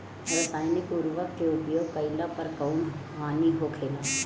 रसायनिक उर्वरक के उपयोग कइला पर कउन हानि होखेला?